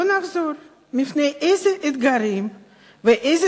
בואו נזכור בפני איזה אתגרים ואיזה